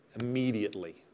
immediately